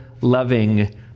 loving